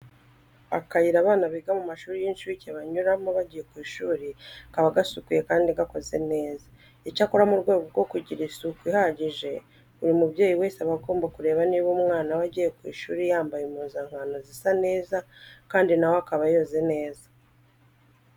Akayira abana biga mu mashuri y'incuke banyuramo bagiye ku ishuri kaba gasukuye kandi gakoze neza. Icyakora mu rwego rwo kugira isuku ihagije, buri mubyeyi wese aba agomba kureba niba umwana we agiye ku ishuri yambaye impuzankano zisa neza kandi na we akaba yoze neza.